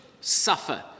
suffer